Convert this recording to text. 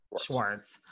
Schwartz